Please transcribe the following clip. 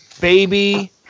baby